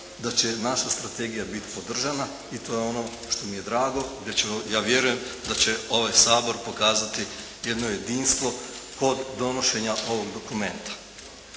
da će naša strategija biti podržana i to je ono što mi je drago da ćemo, ja vjerujem da će ovaj Sabor pokazati jedno jedinstvo kod donošenja ovog dokumenta.